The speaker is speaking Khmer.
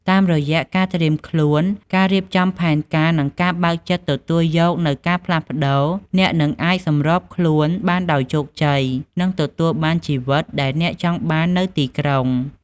តាមរយៈការត្រៀមខ្លួន ការរៀបចំផែនការ និងការបើកចិត្តទទួលយកនូវការផ្លាស់ប្តូរ អ្នកនឹងអាចសម្របខ្លួនបានដោយជោគជ័យ និងទទួលបានជីវិតដែលអ្នកចង់បាននៅទីក្រុង។